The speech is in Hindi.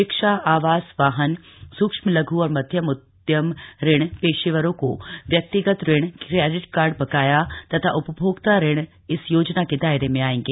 शिक्षा आवास वाहन सूक्ष्म लघु और मध्यम उद्यम ऋण पेशवरों को व्यक्तिगत ऋण क्रेडिट कार्ड बकाया तथा उपभोक्ता ऋण इस योजना के दायरे में आएंगे